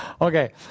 Okay